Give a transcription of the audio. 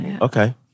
Okay